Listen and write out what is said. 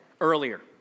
earlier